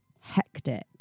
hectic